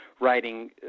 writing